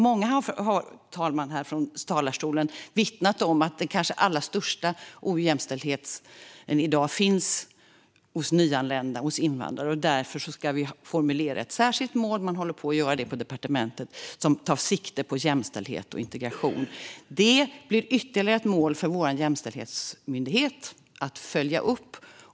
Många, fru talman, har från talarstolen vittnat om att den kanske allra största ojämställdheten i dag finns hos nyanlända, hos invandrare. Därför ska vi formulera ett särskilt mål som tar sikte på jämställdhet och integration. Man håller på att göra det på departementet. Det blir ytterligare ett mål för vår jämställdhetsmyndighet att följa upp.